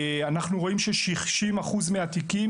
אנחנו רואים ש-60% מהתיקים,